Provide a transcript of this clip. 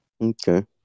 Okay